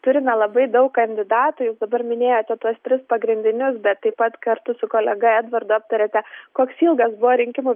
turime labai daug kandidatų jūs dabar minėjote tuos tris pagrindinius bet taip pat kartu su kolega edvardu aptarėte koks ilgas buvo rinkimų